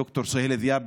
ד"ר סוהיל דיאב,